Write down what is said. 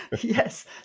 Yes